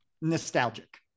Nostalgic